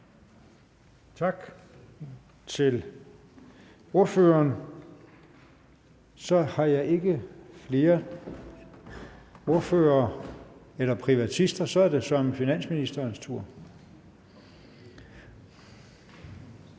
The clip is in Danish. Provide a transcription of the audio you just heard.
Tak til ordføreren. Der er ikke flere ordførere eller privatister. Så er det søreme finansministerens tur.